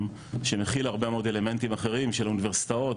שמכיל הרבה מאוד אלמנטים אחרים של אוניברסיטאות,